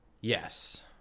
Yes